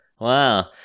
Wow